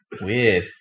Weird